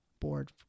board